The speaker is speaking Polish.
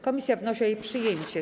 Komisja wnosi o jej przyjęcie.